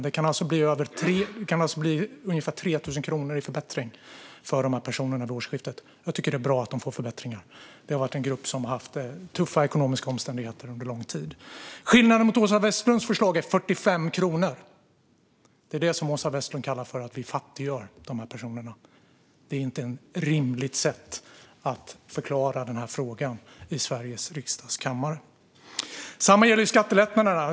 Det kan bli ungefär 3 000 kronor i förbättring för dessa personer efter årsskiftet. Jag tycker att det är bra att de får förbättringar. Det är en grupp som haft tuffa ekonomiska omständigheter under lång tid. Skillnaden mot Åsa Westlunds förslag är 45 kronor. Det kallar Åsa Westlund att vi fattiggör dessa personer. Det är inte rimligt att förklara frågan så i kammaren i Sveriges riksdag. Samma sak gäller skattelättnaderna.